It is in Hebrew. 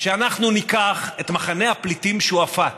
שאנחנו ניקח את מחנה הפליטים שועפאט,